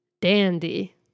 dandy